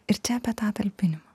ir čia apie tą talpinimą